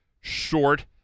short